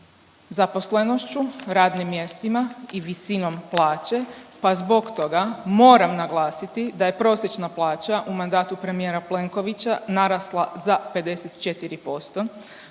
zaposlenošću, radnim mjestima i visinom plaće pa zbog toga moram naglasiti da je prosječna plaća u mandatu premijera Plenkovića narasla za 54%,